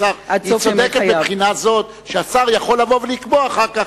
היא צודקת מבחינה זו שהשר יכול לבוא ולקבוע אחר כך.